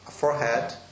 forehead